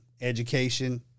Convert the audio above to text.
education